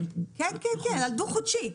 כן, כן, על דו חודשי.